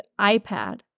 iPad